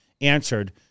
answered